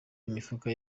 imifuka